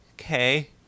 okay